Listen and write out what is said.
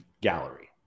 gallery